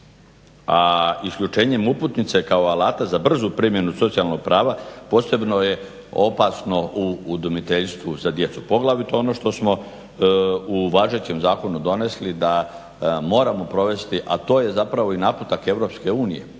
a isključenjem uputnice kao alata za brzu primjenu socijalnog prava posebno je opasno u udomiteljstvu za djecu, poglavito ono što smo u važećem zakonu donesli da moramo provesti, a to je zapravo i naputak EU …